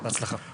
בהצלחה.